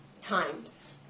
times